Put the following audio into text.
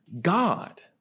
God